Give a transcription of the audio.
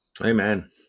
Amen